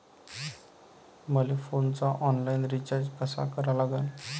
मले फोनचा online recharge कसा करा लागन?